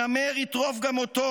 הנמר יטרוף גם אותו.